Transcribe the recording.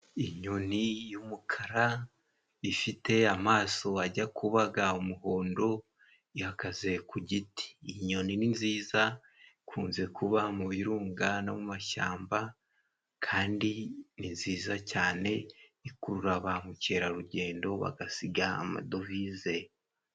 Inyoni y'umukara ifite amaso ajya kubaga umuhondo ihagaze ku giti inyoni ni nziza ikunze kuba mu birunga no mu mashyamba kandi ni nziza cyane ikurura ba mukerarugendo bagasiga amadovize.